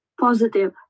positive